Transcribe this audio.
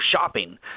shopping